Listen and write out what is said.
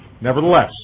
Nevertheless